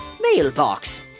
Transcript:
mailbox